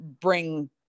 bring